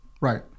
right